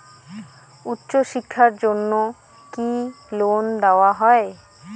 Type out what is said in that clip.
উচ্চশিক্ষার জন্য কি লোন দেওয়া হয়?